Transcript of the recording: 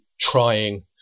trying